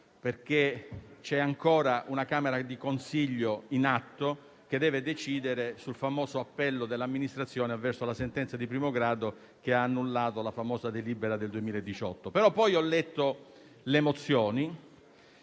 perché c'è ancora una camera di consiglio in atto che deve decidere sul famoso appello dell'amministrazione avverso la sentenza di primo grado che ha annullato la famosa delibera del 2018. Poi però ho letto le mozioni,